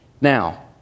Now